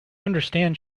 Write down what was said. understand